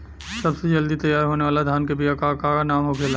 सबसे जल्दी तैयार होने वाला धान के बिया का का नाम होखेला?